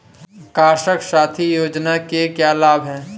कृषक साथी योजना के क्या लाभ हैं?